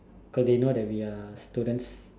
cause they know that we are students